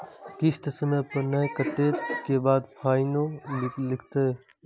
किस्त समय पर नय कटै के बाद फाइनो लिखते?